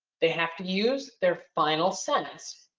they have to use their final sentence,